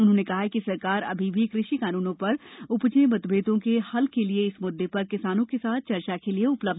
उन्होंने कहा कि सरकार अभी भी कृषि कानूनों पर उपजे मतभेदों के हल के लिए इस म्द्दे पर किसानों के साथ चर्चा के लिए उपलब्ध है